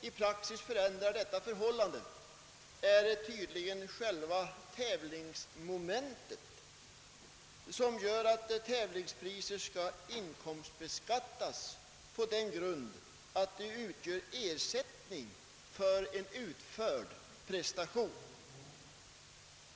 I praxis förändras tydligen detta förhållande av själva tävlingsmomentet, och tävlingspriser skall inkomstbeskattas på grund av att de utgör ersättning för en utförd prestation.